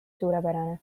suurepärane